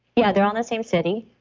yeah, they're all in the same city.